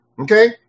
okay